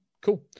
cool